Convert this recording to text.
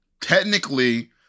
Technically